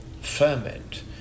ferment